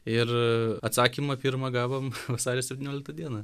ir atsakymą pirmą gavom vasario septynioliktą dieną